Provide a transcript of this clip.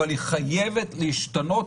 אבל היא חייבת להשתנות,